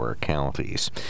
counties